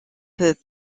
peut